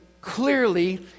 clearly